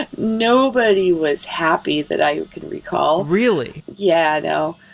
and nobody was happy that i can recall really? yeah. no.